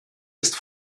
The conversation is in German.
ist